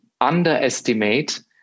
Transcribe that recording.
underestimate